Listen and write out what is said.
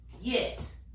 yes